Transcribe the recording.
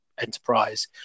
Enterprise